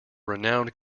renowned